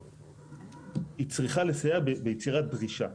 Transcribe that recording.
היא צריכה לסייע ביצירת דרישה.